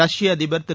ரஷ்ய அதிபர் திரு